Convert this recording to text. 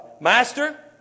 Master